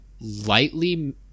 lightly